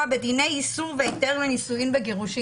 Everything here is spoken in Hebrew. בדיני איסור והיתר בנישואין וגירושין".